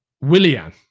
Willian